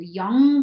young